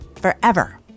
forever